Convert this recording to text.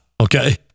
Okay